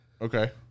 Okay